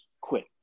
quick